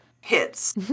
hits